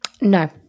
No